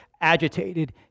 agitated